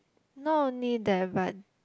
not only that but